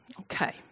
Okay